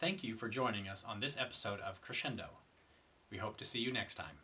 thank you for joining us on this episode of crescendo we hope to see you next time